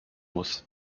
muss